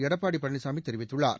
எடப்பாடி பழனிசாமி தெரிவித்துள்ளார்